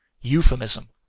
euphemism